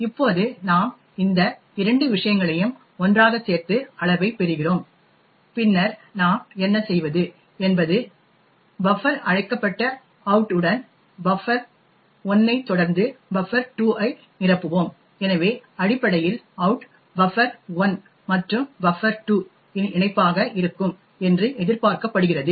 இப்போது நாம் இந்த 2 விஷயங்களையும் ஒன்றாகச் சேர்த்து அளவைப் பெறுகிறோம் பின்னர் நாம் என்ன செய்வது என்பது பஃபர் அழைக்கப்பட்ட அவுட் உடன் பஃபர்1 ஐ தொடர்ந்து பஃபர்2 ஐ நிரப்புவோம் எனவே அடிப்படையில் அவுட் பஃபர்1 மற்றும் பஃபர்2 இன் இணைப்பாக இருக்கும் என்று எதிர்பார்க்கப்படுகிறது